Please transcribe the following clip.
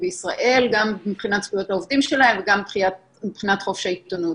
בישראל גם מבחינת זכויות העובדים שלהם וגם מבחינת חופש העיתונות.